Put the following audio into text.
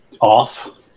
off